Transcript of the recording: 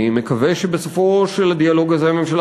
אני מקווה שבסופו של הדיאלוג הזה הממשלה